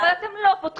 אבל אתם לא פותחים.